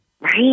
Right